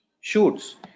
Shoots